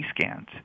scans